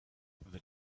the